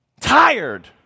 Tired